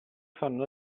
fanno